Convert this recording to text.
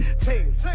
team